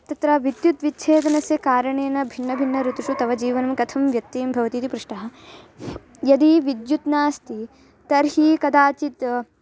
तत्र विद्युत् विच्छेदनस्य कारणेन भिन्नभिन्नऋतुषु तव जीवनं कथं व्यत्ययं भवति इति पृष्टः यदि विद्युत् नास्ति तर्हि कदाचित्